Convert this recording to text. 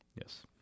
Yes